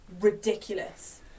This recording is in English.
ridiculous